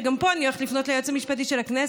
וגם פה אני הולכת לפנות ליועץ המשפטי של הכנסת,